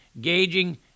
gauging